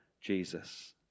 Jesus